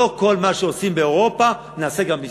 לא כל מה שעושים באירופה נעשה גם בישראל.